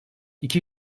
iki